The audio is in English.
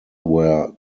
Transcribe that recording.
where